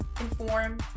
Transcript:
inform